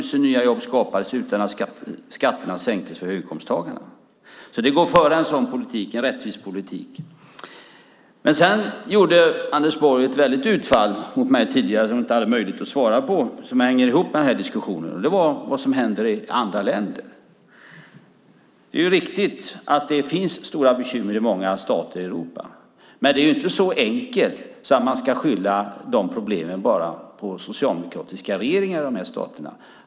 300 000 nya jobb skapades utan att skatterna sänktes för höginkomsttagarna. Det går alltså att föra en sådan rättvis politik. Anders Borg gjorde ett utfall mot mig tidigare som jag då inte hade möjlighet att svara på, men det hänger ihop med den här diskussionen. Det gällde vad som händer i andra länder. Det är riktigt att det finns stora bekymmer i många stater i Europa, men det är inte så enkelt att man bara kan skylla de problemen på socialdemokratiska regeringar i de stater det handlar om.